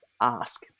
ask